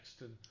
next